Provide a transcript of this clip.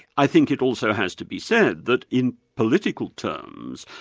i think it also has to be said that in political terms,